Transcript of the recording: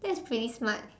that's pretty smart